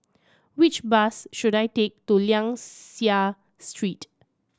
which bus should I take to Liang Seah Street